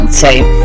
tape